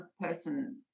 person